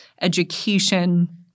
education